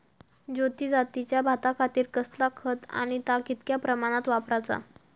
ज्योती जातीच्या भाताखातीर कसला खत आणि ता कितक्या प्रमाणात वापराचा?